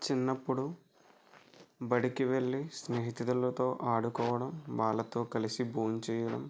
చిన్నప్పుడు బడికి వెళ్ళి స్నేహితులతో ఆడుకోవడం వాళ్ళతో కలిసి భోజనం చేయడం